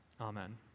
Amen